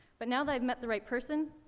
but now that i've met the right person,